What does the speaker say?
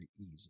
easy